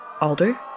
Alder